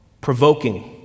provoking